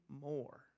more